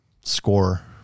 score